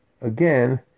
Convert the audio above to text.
again